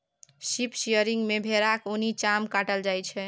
sheep shearing मे भेराक उनी चाम काटल जाइ छै